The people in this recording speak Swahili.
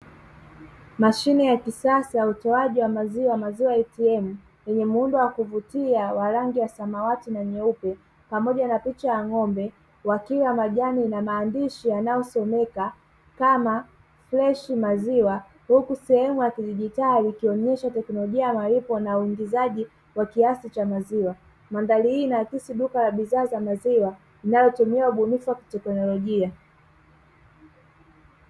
Mashine ya kisasa utoaji wa maziwa "Maziwa ATM" yenye muundo wa kuvutia wa rangi ya samawati na nyeupe pamoja na picha ya ng'ombe, wakila majani na maandishi yanayosomeka kama "fresh maziwa". Huku sehemu ya kidigitali ikionyesha teknolojia ya malipo na uingizaji wa kiasi cha maziwa. Mandhari hii inaakisi duka la bidhaa za maziwa linalotumia ubunifu ya teknolojia.